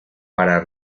para